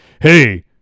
hey